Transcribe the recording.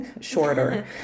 shorter